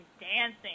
dancing